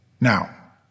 Now